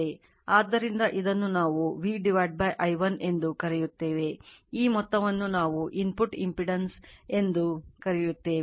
ಆದ್ದರಿಂದ ಇದನ್ನು ನಾವು V i1 ಎಂದು ಕರೆಯುತ್ತೇವೆ ಈ ಮೊತ್ತವನ್ನು ನಾವು input impadance ಇನ್ಪುಟ್ ಪ್ರತಿರೋಧ ಎಂದು ಕರೆಯುತ್ತೇವೆ